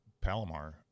Palomar